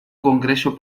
congreso